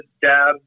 dab